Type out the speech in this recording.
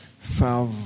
serve